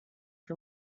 you